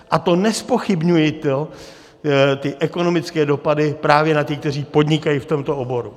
A to nezpochybňuji ty ekonomické dopady právě na ty, kteří podnikají v tomto oboru.